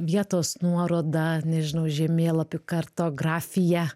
vietos nuoroda nežinau žemėlapių kartografija